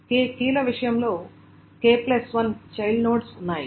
k కీల విషయంలో k1 child nodes ఉన్నాయి